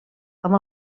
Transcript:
amb